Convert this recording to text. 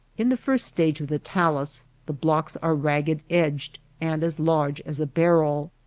in the first stage of the talus the blocks are ragged-edged and as large as a barrel.